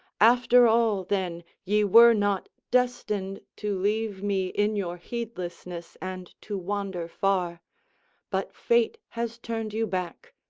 after all then, ye were not destined to leave me in your heedlessness and to wander far but fate has turned you back.